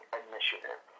initiative